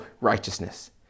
righteousness